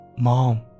Mom